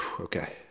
Okay